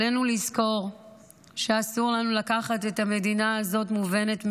עלינו לזכור שאסור לנו לקחת את המדינה הזאת כמובנת מאליה.